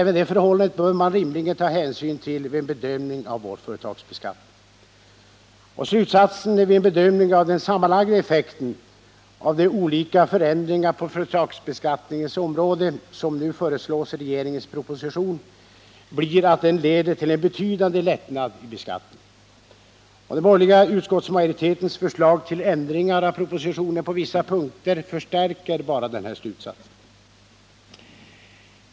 Även det förhållandet bör man rimligen ta hänsyn till vid en bedömning av vår företagsbeskattning. Slutsatsen vid en bedömning av den sammanlagda effekten av de olika förändringar på företagsbeskattningens område som nu föreslås i regeringens proposition blir att de leder till en betydande lättnad i beskattningen. Den borgerliga utskottsmajoritetens förslag till förändringar av propositionen på vissa punkter förstärker bara den slutsatsen.